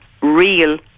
real